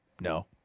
no